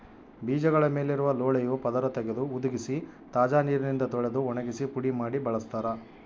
ಬೀಜಗಳ ಮೇಲಿರುವ ಲೋಳೆಯ ಪದರ ತೆಗೆದು ಹುದುಗಿಸಿ ತಾಜಾ ನೀರಿನಿಂದ ತೊಳೆದು ಒಣಗಿಸಿ ಪುಡಿ ಮಾಡಿ ಬಳಸ್ತಾರ